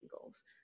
goals